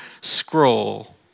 scroll